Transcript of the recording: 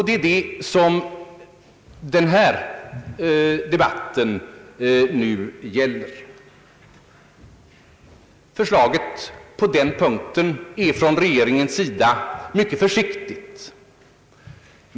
Det är alltså vad denna debatt gäller. Förslaget på den punkten är från regeringens sida mycket försiktigt.